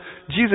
Jesus